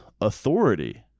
authority